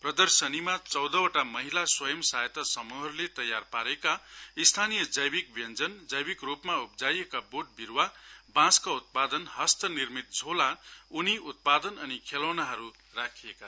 प्रदर्शनीमा चौधवटा महिला स्वयं सहायता समूहहरूले तयार पारेका स्थानीय जैविक व्यन्जन जैविकरूपमा उप्जाइएका बोट विरूवा बाँसका उत्पादन हस्त निर्मित झौला ऊनी उत्पान अनि खैलौनाहरू राखिएको छ